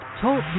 Talk